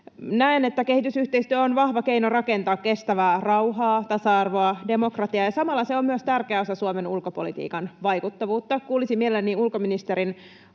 Näen, että kehitysyhteistyö on vahva keino rakentaa kestävää rauhaa, tasa-arvoa ja demokratiaa ja on samalla myös tärkeä osa Suomen ulkopolitiikan vaikuttavuutta. Kuulisin mielelläni ulkoministerin